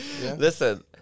listen